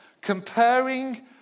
comparing